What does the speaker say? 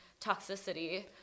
toxicity